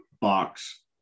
box